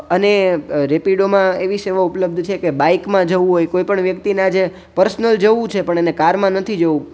અને રેપિડોમાં એવી સેવા ઉપલબ્ધ છે કે બાઇકમાં જવું હોય કોઈ પણ વ્યક્તિના જે પર્સનલ જવું છે પણ એણે કારમાં નથી જવું